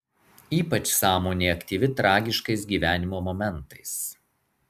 ypač sąmonė aktyvi tragiškais gyvenimo momentais